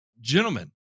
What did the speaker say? gentlemen